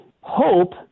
Hope